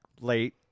late